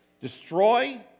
destroy